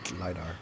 LIDAR